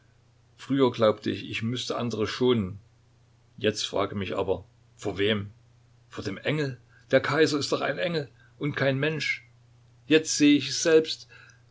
früher glaubte ich ich müßte die anderen schonen jetzt frage ich mich aber vor wem vor dem engel der kaiser ist doch ein engel und kein mensch jetzt sehe ich es selbst